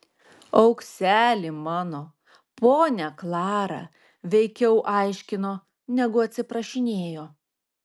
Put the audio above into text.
aukseli mano ponia klara veikiau aiškino negu atsiprašinėjo